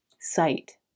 sight